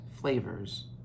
flavors